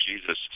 Jesus